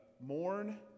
mourn